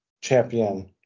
champion